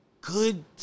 good